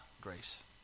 grace